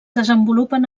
desenvolupen